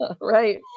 Right